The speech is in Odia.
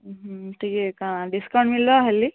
ଟିକେ କାଣା ଡିସ୍କାଉଣ୍ଟ୍ କାଣା ମିଲବା ଭାଲି